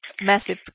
massive